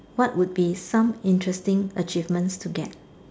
what would be some interesting achievements to get